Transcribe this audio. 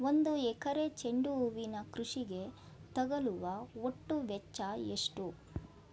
ಒಂದು ಎಕರೆ ಚೆಂಡು ಹೂವಿನ ಕೃಷಿಗೆ ತಗಲುವ ಒಟ್ಟು ವೆಚ್ಚ ಎಷ್ಟು?